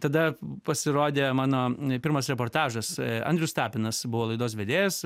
tada pasirodė mano pirmas reportažas andrius tapinas buvo laidos vedėjas